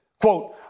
quote